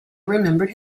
remembered